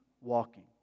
walking